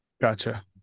Gotcha